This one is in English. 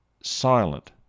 silent